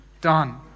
done